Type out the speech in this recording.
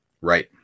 Right